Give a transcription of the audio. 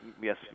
yes